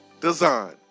Design